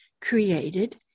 created